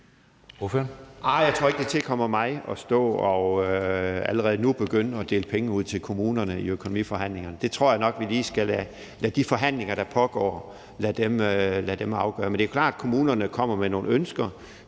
Jeg tror ikke, det tilkommer mig at stå og allerede nu begynde at dele penge ud til kommunerne i økonomiforhandlingerne. Det tror jeg nok vi lige skal lade de forhandlinger, der pågår, afgøre. Men det er klart, at kommunerne kommer med nogle ønsker.